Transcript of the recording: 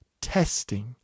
testing